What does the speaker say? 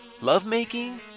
lovemaking